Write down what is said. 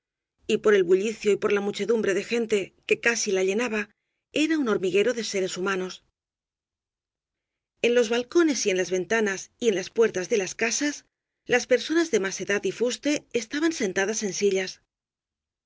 y por el bu llicio y por la muchedumbre de gente que casi la llenaba era un hormiguero de seres humanos en los balcones en las ventanas y en las puertas de las casas las personas de más edad y fuste es taban sentadas en sillas